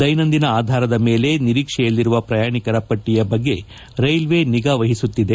ದೈನಂದಿನ ಆಧಾರದ ಮೇಲೆ ನಿರೀಕ್ಷೆಯಲ್ಲಿರುವ ಪ್ರಯಾಣಿಕರ ಪಟ್ಟಿಯನ್ನು ರೈಲ್ವೆ ನಿಗಾವಹಿಸುತ್ತಿದೆ